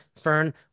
Fern